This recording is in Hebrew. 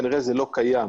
כנראה שזה לא קיים.